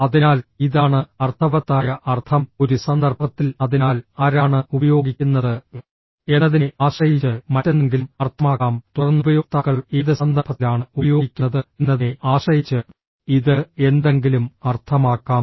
അതിനാൽ ഇതാണ് അർത്ഥവത്തായ അർത്ഥം ഒരു സന്ദർഭത്തിൽ അതിനാൽ ആരാണ് ഉപയോഗിക്കുന്നത് എന്നതിനെ ആശ്രയിച്ച് മറ്റെന്തെങ്കിലും അർത്ഥമാക്കാം തുടർന്ന് ഉപയോക്താക്കൾ ഏത് സന്ദർഭത്തിലാണ് ഉപയോഗിക്കുന്നത് എന്നതിനെ ആശ്രയിച്ച് ഇത് എന്തെങ്കിലും അർത്ഥമാക്കാം